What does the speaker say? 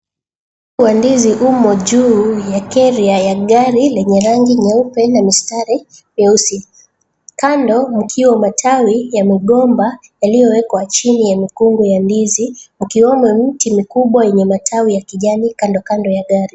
Mkungu wa ndizi umo juu ya keria ya gari lenye rangi nyeupe na mistari nyeusi. Kando mkiwa matawi ya migomba yaliyowekwa chini ya mikungu ya ndizi mkiwamo mti mkubwa yenye matawi ya kijani kando kando ya gari.